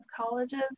colleges